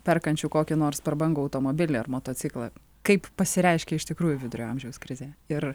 perkančių kokį nors prabangų automobilį ar motociklą kaip pasireiškia iš tikrųjų vidurio amžiaus krizė ir